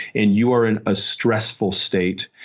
and you are in a stressful state,